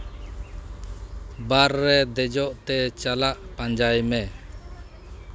ᱵᱟᱨ ᱨᱮ ᱫᱮᱡᱚᱜ ᱛᱮ ᱪᱟᱞᱟᱜ ᱯᱟᱸᱡᱟᱭ ᱢᱮ